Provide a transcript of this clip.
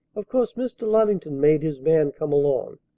of course mr. luddington made his man come along.